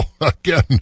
again